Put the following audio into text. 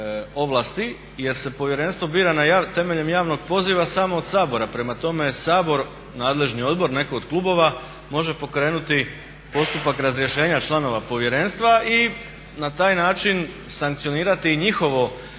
ovlasti, jer se povjerenstvo bira temeljem javnog poziva samo od Sabora. Prema tome, Sabor, nadležni odbor, netko od klubova može pokrenuti postupak razrješenja članova Povjerenstva i na taj način sankcionirati i njihovo